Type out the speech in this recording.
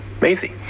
Maisie